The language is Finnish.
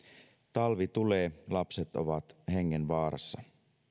talvi tulee lapset ovat hengenvaarassa